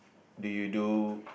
did you do